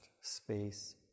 space